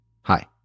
Hi